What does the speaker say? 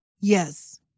Yes